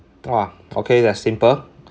!wah! okay that's simple